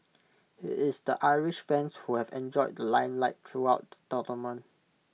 IT is the Irish fans who have enjoyed the limelight throughout the tournament